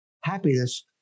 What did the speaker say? Happiness